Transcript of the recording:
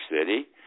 city